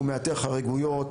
הוא מאתר חריגויות,